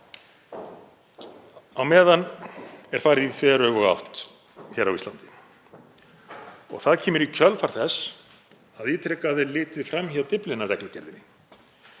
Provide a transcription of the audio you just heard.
Á meðan er farið í þveröfuga átt hér á Íslandi. Það kemur í kjölfar þess að ítrekað er litið fram hjá Dyflinnar-reglugerðinni